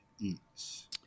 eats